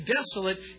desolate